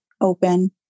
open